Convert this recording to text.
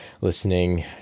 listening